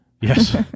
Yes